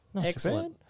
Excellent